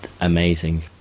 amazing